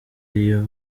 iyo